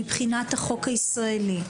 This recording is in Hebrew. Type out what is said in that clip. מבחינת החוק הישראלי,